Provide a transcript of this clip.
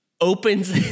Opens